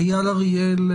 אייל אריאל,